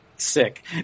sick